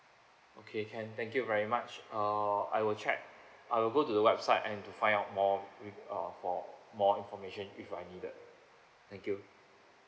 okay can thank you very much uh I will check I will go to the website and to find out more with uh more more information if I needed thank you